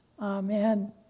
Amen